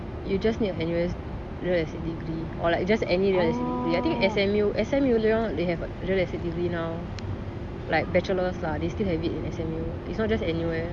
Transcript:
you just need of N_U_S real estate degree or like just any real estate degree I think S_M_U S_M_U if I'm not wrong I think they have real estate degree now like bachelor's lah they still have it at S_M_U it's not just N_U_S